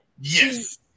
Yes